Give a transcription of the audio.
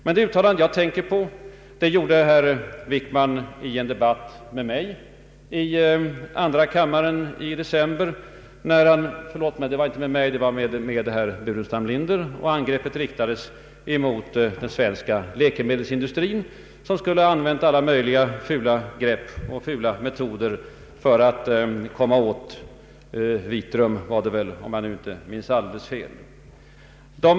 Men det jag nu särskilt tänker på gjorde herr Wickman i en debatt med herr Burenstam-Linder i andra kammaren i december förra året och däri riktades ett hårt angrepp mot den svenska läkemedelsindustrin som skulle ha använt alla möjliga fula metoder för att komma åt Vitrum, som jag tror det var om jag inte minns alldeles fel.